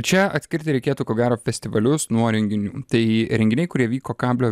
čia atskirti reikėtų ko gero festivalius nuo renginių tai renginiai kurie vyko kablio